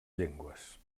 llengües